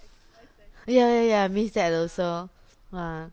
ya ya ya I miss that also ah